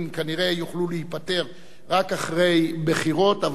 כנראה יוכלו להיפתר רק אחרי בחירות.